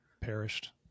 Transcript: perished